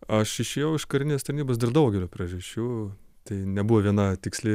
aš išėjau iš karinės tarnybos dėl daugelio priežasčių tai nebuvo viena tiksli